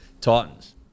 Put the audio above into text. Titans